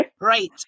Right